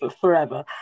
forever